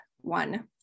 one